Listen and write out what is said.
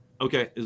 Okay